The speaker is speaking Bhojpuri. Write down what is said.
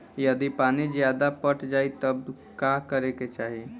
यदि पानी ज्यादा पट जायी तब का करे के चाही?